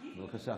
בבקשה.